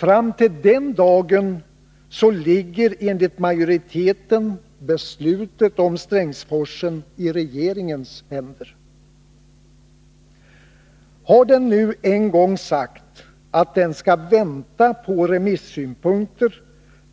Fram till den dagen ligger enligt majoriteten beslutet om Strängsforsen i regeringens händer. Har den nu en gång sagt att den skall vänta på remissynpunkter